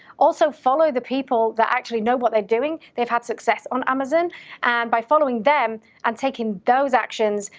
also, follow the people that actually know what they're doing. they've had success on amazon, and by following them and taking those actions,